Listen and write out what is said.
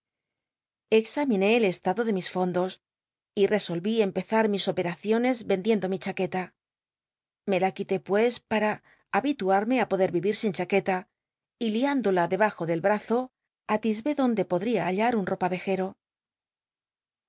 examiné el estado de mis fondos y re o l l'i empezar mis operaciones vendiendo mi chaqueta me la qu ité jllic para babitu ume í poder vivir sin chac neta y liündola debajo del brazo atis ve donde podría hallar un ropa